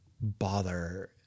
bother